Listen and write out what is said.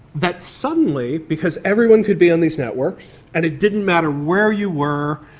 that suddenly, because everyone could be on these networks and it didn't matter where you were,